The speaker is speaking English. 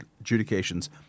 adjudications